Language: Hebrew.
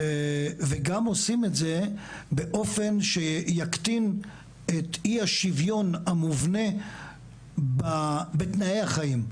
וגם עושים את זה באופן שיקטין את אי השוויון המובנה בתנאי החיים,